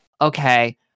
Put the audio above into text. okay